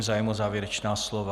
Zájem o závěrečná slova?